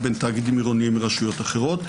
בין תאגידים עירוניים לרשויות אחרות.